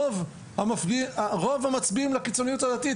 רוב המצביעים לקיצוניות הדתית.